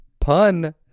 Pun